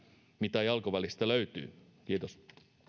mitä jalkovälistä löytyy kiitos